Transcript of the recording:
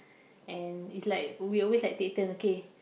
and it's like we always like take turn okay